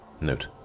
Note